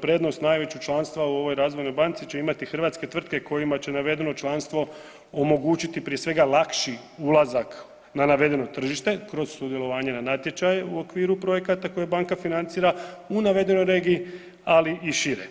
prednost najveću članstva u ovoj razvojnoj banci će imati hrvatske tvrtke kojima će navedeno članstvo omogućiti prije svega lakši ulazak na navedeno tržište kroz sudjelovanje na natječaju u okviru projekata koje banka financira u navedenoj regiji, ali i šire.